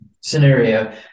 scenario